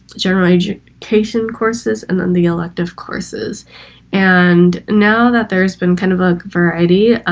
general education courses and then the elective courses and now that there's been kind of a variety. um,